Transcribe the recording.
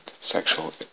sexual